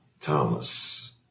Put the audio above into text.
Thomas